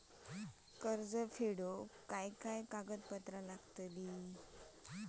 कर्ज फेडताना काय काय कागदपत्रा लागतात?